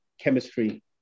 chemistry